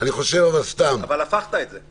אבל הפכת את זה.